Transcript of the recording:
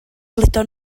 gludo